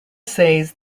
says